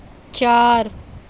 چار